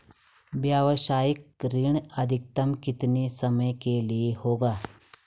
व्यावसायिक ऋण अधिकतम कितने समय के लिए होगा?